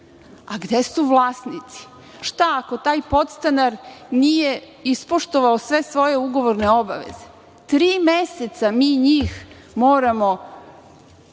A, gde su vlasnici? Šta ako taj podstanar nije ispoštovao sve svoje ugovorne obaveze. Tri meseca mi njih moramo